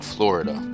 Florida